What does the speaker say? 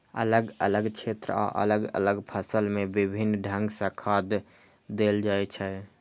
अलग अलग क्षेत्र आ अलग अलग फसल मे विभिन्न ढंग सं खाद देल जाइ छै